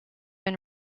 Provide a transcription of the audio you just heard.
and